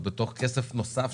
בכסף נוסף.